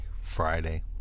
Friday